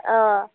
औ